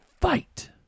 fight